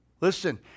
Listen